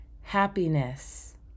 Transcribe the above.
happiness